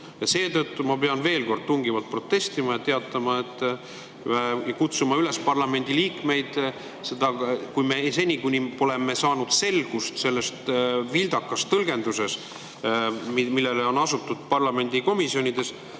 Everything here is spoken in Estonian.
Seetõttu ma pean veel kord tungivalt protestima ja kutsuma parlamendi liikmeid seni, kuni me pole saanud selgust selles vildakas tõlgenduses, millele on asutud parlamendi komisjonides,